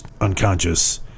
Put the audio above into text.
unconscious